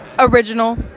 Original